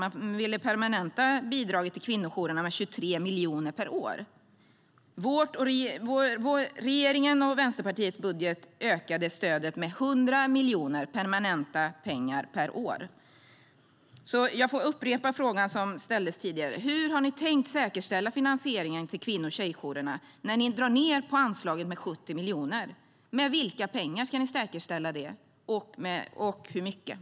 Man ville permanenta bidraget till kvinnojourerna med 23 miljoner per år. I regeringens och Vänsterpartiets budget ökade vi stödet med 100 miljoner i permanenta pengar per år.